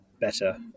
better